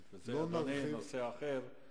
זה, אדוני, נושא אחר.